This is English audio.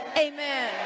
a man